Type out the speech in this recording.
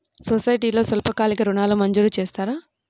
సొసైటీలో స్వల్పకాలిక ఋణాలు మంజూరు చేస్తారా?